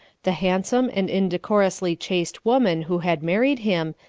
the handsome and indecorously chaste woman who had married him,